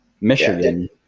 Michigan